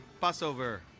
Passover